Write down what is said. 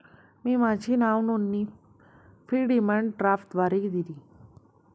मी माझी नावनोंदणी fee demand ड्राफ्टद्वारे दिली